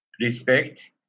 respect